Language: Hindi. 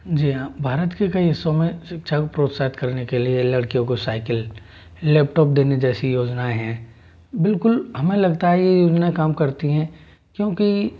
जी हां भारत के कई हिस्सों में शिक्षा को प्रोत्साहित करने के लिए लड़कियों को साइकिल लैपटॉप देने जैसी योजनाएं हैं बिलकुल हमें लगता है ये योजना काम करती हैं क्योंकि